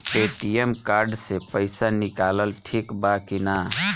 ATM card से पईसा निकालल ठीक बा की ना?